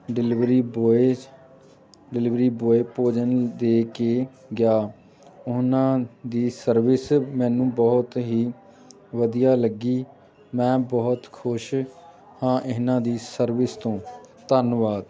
delivery boys delivery boy ਭੋਜਨ ਦੇ ਕੇ ਗਿਆ ਉਹਨਾਂ ਦੀ ਸਰਵਿਸ ਮੈਨੂੰ ਬਹੁਤ ਹੀ ਵਧੀਆ ਲੱਗੀ ਮੈਂ ਬਹੁਤ ਖੁਸ਼ ਹਾਂ ਇਹਨਾਂ ਦੀ ਸਰਵਿਸ ਤੋਂ ਧੰਨਵਾਦ